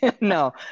No